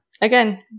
Again